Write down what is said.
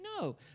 No